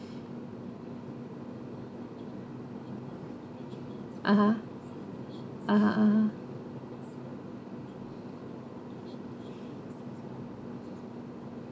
(uh huh) (uh huh) (uh huh)